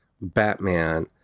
Batman